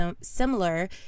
similar